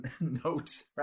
note